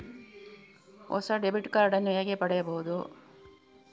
ಹೊಸ debit card ನ್ನು ಹೇಗೆ ಪಡೆಯುದು?